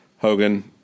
Hogan